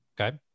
okay